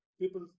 people